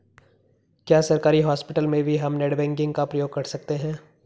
क्या सरकारी हॉस्पिटल में भी हम नेट बैंकिंग का प्रयोग कर सकते हैं?